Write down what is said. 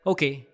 Okay